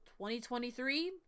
2023